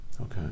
Okay